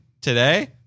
today